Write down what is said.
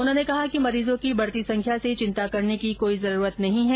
उन्होंने कहा कि मरीजों की बढती संख्या से चिंता करने की जरूरत नहीं है